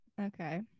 Okay